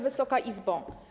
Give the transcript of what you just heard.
Wysoka Izbo!